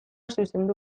zuzendu